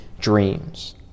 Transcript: dreams